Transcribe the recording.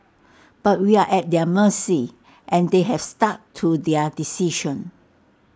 but we are at their mercy and they have stuck to their decision